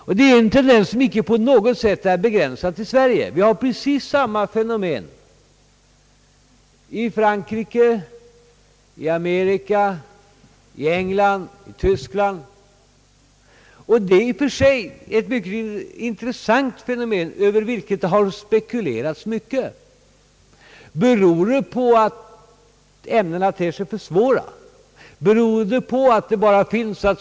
Och den tendensen är inte på något sätt begränsad till Sverige — man har precis samma fenomen i Frankrike, England, Tyskland och USA. I och för sig är det ett mycket intressant fenomen som föranlett många Spekulationer. Beror det på att naturvetenskapliga och tekniska ämnen ter sig för svåra?